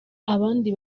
abandi